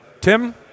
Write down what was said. Tim